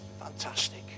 Fantastic